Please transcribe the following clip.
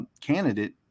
candidate